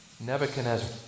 Nebuchadnezzar